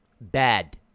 bad